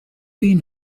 been